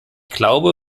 glaube